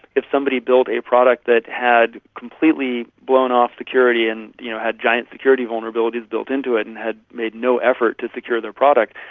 if somebody built a product that had completely blown off security and you know had giant security vulnerabilities built into it and had made no effort to secure their product,